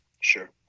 Sure